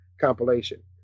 compilation